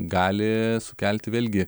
gali sukelti vėlgi